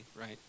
right